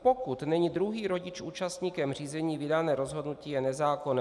Pokud není druhý rodič účastníkem řízení, vydané rozhodnutí je nezákonné.